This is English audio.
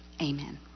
Amen